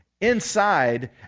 inside